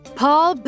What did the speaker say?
paul